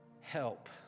Help